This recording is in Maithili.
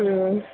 नहि